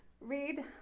read